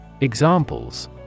Examples